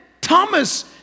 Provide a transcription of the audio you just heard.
Thomas